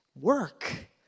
work